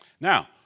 Now